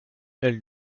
elles